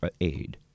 aid